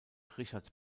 richard